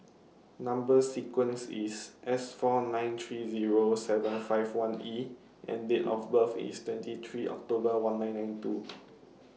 Number sequence IS S four nine three Zero seven five one E and Date of birth IS twenty three October one nine nine two